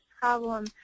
problem